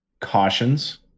cautions